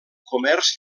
comerç